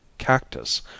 cactus